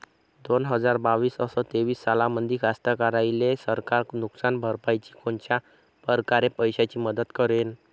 दोन हजार बावीस अस तेवीस सालामंदी कास्तकाराइले सरकार नुकसान भरपाईची कोनच्या परकारे पैशाची मदत करेन?